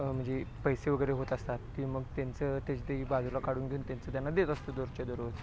म्हणजे पैसे वगैरे होत असतात की मग त्यांचं त्याची त्याची बाजूला काढून घेऊन त्यांचं त्यांना देत असतो दररोजच्या दररोज